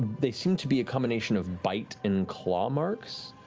they seem to be a combination of bite and claw marks.